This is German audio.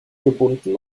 gebunden